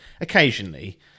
occasionally